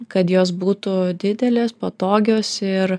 kad jos būtų didelės patogios ir